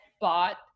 bought